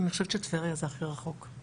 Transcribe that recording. אני חושבת שטבריה זה הכי רחוק.